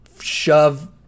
shove